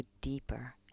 deeper